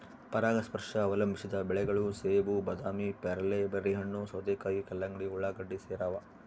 ಪರಾಗಸ್ಪರ್ಶ ಅವಲಂಬಿಸಿದ ಬೆಳೆಗಳು ಸೇಬು ಬಾದಾಮಿ ಪೇರಲೆ ಬೆರ್ರಿಹಣ್ಣು ಸೌತೆಕಾಯಿ ಕಲ್ಲಂಗಡಿ ಉಳ್ಳಾಗಡ್ಡಿ ಸೇರವ